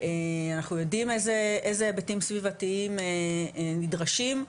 אנחנו יודעים איזה היבטים סביבתיים נדרשים,